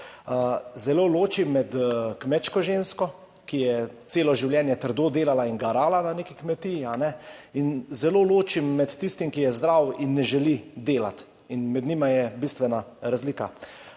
Zelo ločim med kmečko žensko, ki je celo življenje trdo delala in garala na neki kmetiji, in med tistim, ki je zdrav in ne želi delati. Med njima je bistvena razlika.